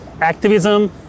activism